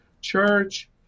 church